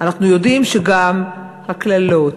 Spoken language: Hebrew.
אנחנו יודעים שגם הקללות,